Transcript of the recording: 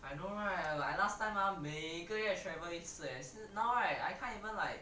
I know right like I last time 每一个月 travel 一次 eh now right I can't even like